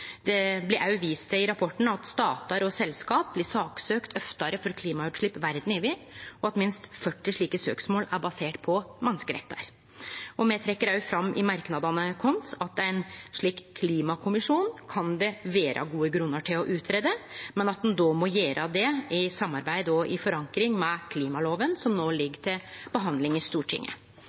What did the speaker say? Det blir òg vist til i rapporten at statar og selskap blir saksøkte oftare for klimautslepp verda over, og at minst 40 slike søksmål er baserte på menneskerettar. Me trekkjer òg fram i merknadene våre at det kan vere gode grunnar til å greie ut ein slik klimakommisjon, men at ein då må gjere det i samarbeid og i forankring med klimaloven, som no ligg til behandling i Stortinget.